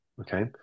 okay